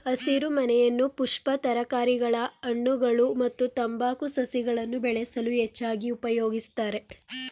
ಹಸಿರುಮನೆಯನ್ನು ಪುಷ್ಪ ತರಕಾರಿಗಳ ಹಣ್ಣುಗಳು ಮತ್ತು ತಂಬಾಕು ಸಸಿಗಳನ್ನು ಬೆಳೆಸಲು ಹೆಚ್ಚಾಗಿ ಉಪಯೋಗಿಸ್ತರೆ